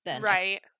Right